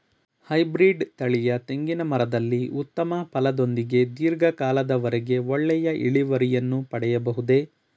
Hybrid ತಳಿಯ ತೆಂಗಿನ ಮರದಲ್ಲಿ ಉತ್ತಮ ಫಲದೊಂದಿಗೆ ಧೀರ್ಘ ಕಾಲದ ವರೆಗೆ ಒಳ್ಳೆಯ ಇಳುವರಿಯನ್ನು ಪಡೆಯಬಹುದೇ?